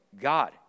God